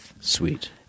Sweet